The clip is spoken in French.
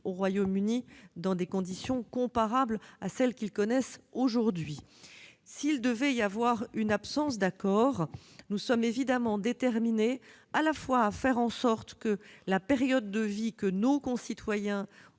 au Royaume-Uni, dans des conditions comparables à celles qu'ils connaissent aujourd'hui. En cas d'absence d'accord, nous sommes évidemment déterminés à faire en sorte que la période de vie que nos concitoyens